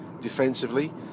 defensively